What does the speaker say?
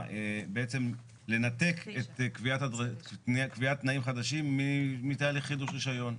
בעצם לנתק קביעת תנאים חדשים מתהליך חידוש רישיון.